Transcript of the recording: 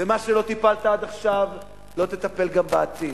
ומה שלא טיפלת עד עכשיו לא תטפל גם בעתיד.